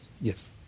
Yes